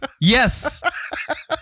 yes